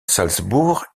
salzbourg